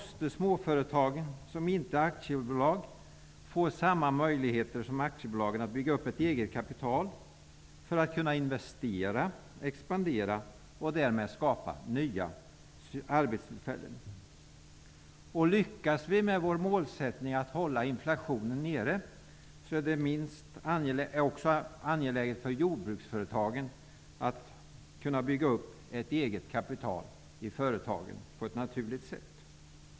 Småföretag som inte är aktiebolag måste därför få möjlighet att bygga upp ett eget kapital på samma sätt som aktiebolagen för att kunna investera, expandera och därmed skapa nya arbetstillfällen. Lyckas vi med vår målsättning att hålla inflationen nere är det inte minst angeläget för jordbruksföretagen att kunna bygga upp ett eget kapital i företagen på ett naturligt sätt.